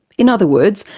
in other words,